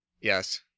Yes